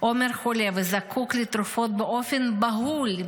עומר חולה וזקוק לתרופות באופן בהול,